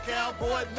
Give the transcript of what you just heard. Cowboy